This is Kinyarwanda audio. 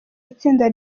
itsinda